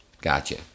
Gotcha